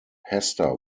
hester